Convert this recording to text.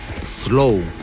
slow